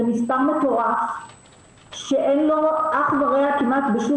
זה מספר מטורף שאין לו אח ורע כמעט בשום